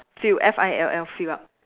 fill F I L L fill up